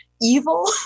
evil